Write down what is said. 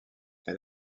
elle